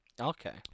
Okay